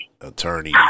attorney